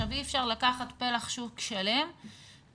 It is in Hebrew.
אי אפשר לקחת פלח שוק שלם ולהגיד,